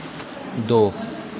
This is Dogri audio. दो